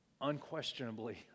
unquestionably